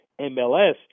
MLS